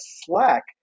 slack